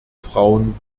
frauen